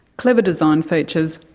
clever design features,